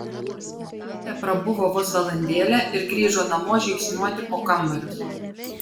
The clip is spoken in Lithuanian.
ji teprabuvo vos valandėlę ir grįžo namo žingsniuoti po kambarius